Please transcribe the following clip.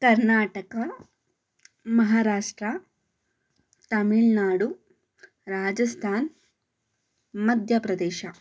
Karnataka Maharashtra Tamil Nadu Rajasthan Madhya Pradesh